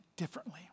differently